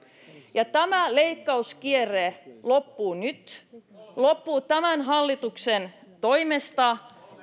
tämä leikkauskierre loppuu nyt se loppuu tämän hallituksen toimesta